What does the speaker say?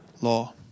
law